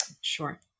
Sure